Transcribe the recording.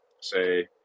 say